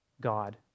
God